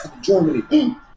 Germany